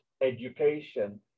education